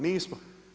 Nismo.